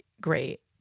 great